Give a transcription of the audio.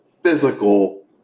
physical